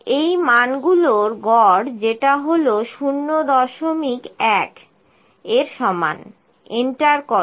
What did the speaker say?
এই মানগুলোর গড় যেটা হলো 01 এর সমান এন্টার করো